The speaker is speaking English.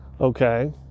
Okay